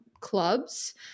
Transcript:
clubs